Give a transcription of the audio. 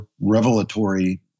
revelatory